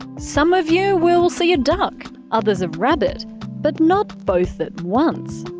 some of you will see a duck, others a rabbit but not both at once.